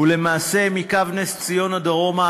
ולמעשה מקו נס-ציונה דרומה,